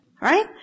Right